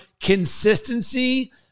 consistency